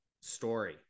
story